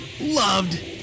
loved